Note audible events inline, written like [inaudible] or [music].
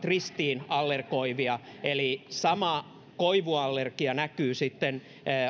[unintelligible] ristiin allergoivia eli koivuallergia näkyy sitten